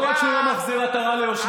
לא רק שהוא לא מחזיר עטרה ליושנה,